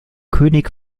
könig